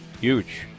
Huge